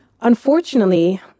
Unfortunately